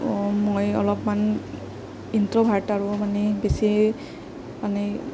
মই অলপমান ইনট্ৰ'ভাৰ্ট আৰু মানে বেছি মানে